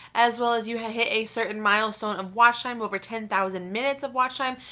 as well as you hit hit a certain milestone of watch time, over ten thousand minutes of watch time,